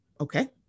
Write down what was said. okay